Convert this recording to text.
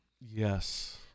Yes